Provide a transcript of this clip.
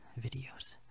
videos